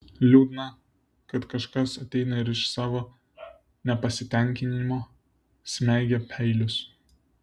liūdna kad kažkas ateina ir iš savo nepasitenkinimo smeigia peilius